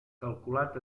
calculat